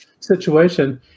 Situation